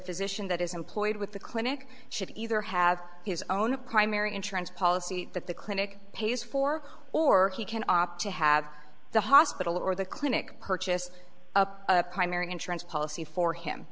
physician that is employed with the clinic should either have his own primary insurance policy that the clinic pays for or he can opt to have the hospital or the clinic purchase a primary insurance policy for him